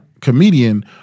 comedian